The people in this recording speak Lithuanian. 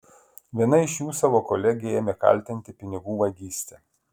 viena iš jų savo kolegę ėmė kaltinti pinigų vagyste